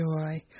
joy